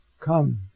Come